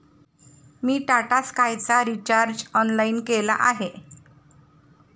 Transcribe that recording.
मी टाटा स्कायचा recharge online केला आहे